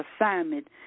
assignment